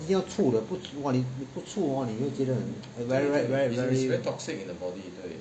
一定要出的 !wah! 你不出 hor 你就觉得很 very very very